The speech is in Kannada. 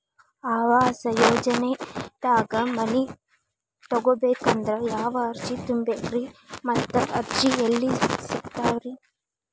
ಆವಾಸ ಯೋಜನೆದಾಗ ಮನಿ ತೊಗೋಬೇಕಂದ್ರ ಯಾವ ಅರ್ಜಿ ತುಂಬೇಕ್ರಿ ಮತ್ತ ಅರ್ಜಿ ಎಲ್ಲಿ ಸಿಗತಾವ್ರಿ?